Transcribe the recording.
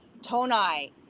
Tonai